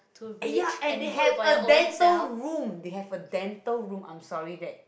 eh ya and had a dental room they have a dental room I'm sorry that